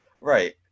right